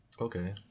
Okay